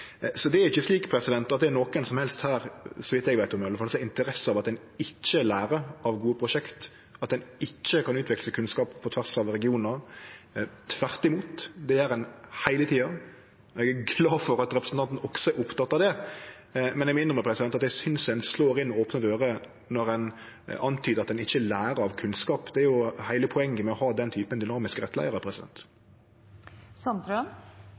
Så det er ikkje slik at det er nokon som helst her, så vidt eg veit iallfall, som har interesse av at ein ikkje lærer av gode prosjekt, at ein ikkje kan utveksle kunnskapar på tvers av regionar. Tvert imot, det gjer ein heile tida. Eg er glad for at representanten også er oppteken av det, men eg minner om at eg synest ein slår inn opne dører når ein antydar at ein ikkje lærer av kunnskap. Det er jo heile poenget med å ha den typen dynamiske rettleiarar.